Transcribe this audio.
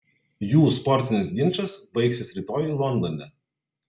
jų sportinis ginčas baigsis rytoj londone